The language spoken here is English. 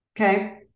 Okay